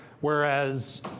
Whereas